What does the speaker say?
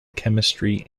chemistry